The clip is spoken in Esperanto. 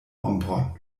ombron